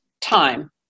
time